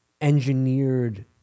engineered